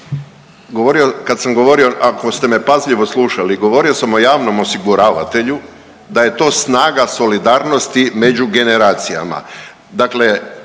kad sam govorio ako ste me pažljivo slušali, govorio sam o javnom osiguravatelju da je to snaga solidarnosti među generacijama. Dakle